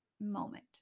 moment